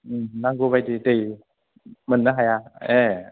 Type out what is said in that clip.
नांगौबायदि दै मोननो हाया ए